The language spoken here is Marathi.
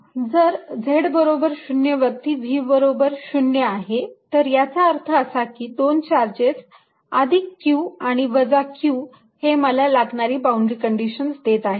q 14π0qx2y2zz02।zz0 जर z बरोबर 0 वरती V बरोबर 0 आहे तर याचा अर्थ असा की दोन चार्जेस अधिक q आणि वजा q हे मला लागणारी बाउंड्री कंडिशन्स देत आहेत